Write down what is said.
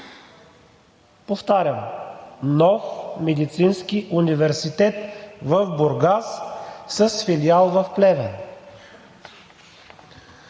Повтарям: нов Медицински университет в Бургас, с филиал в Плевен.